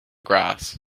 grass